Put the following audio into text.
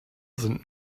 sind